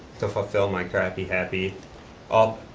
to fulfill my crappy-happy up,